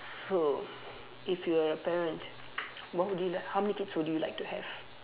so if you are a parent what would you like how many kids would you like to have